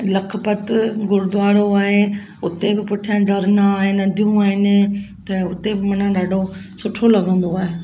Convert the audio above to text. लखपत गुरुद्वारो आहे हुते बि पुठियां झरना आहिनि नदियूं आहिनि त हुते बि माना ॾाढो सुठो लॻंदो आहे